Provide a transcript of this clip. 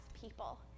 people